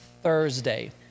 Thursday